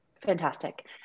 Fantastic